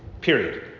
period